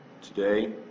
Today